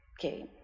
okay